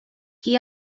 qui